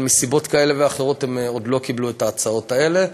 אבל מסיבות כאלה ואחרות הם עוד לא קיבלו את ההצעות האלה.